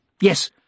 Yes